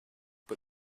but